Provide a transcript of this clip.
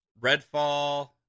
Redfall